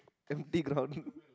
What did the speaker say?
empty ground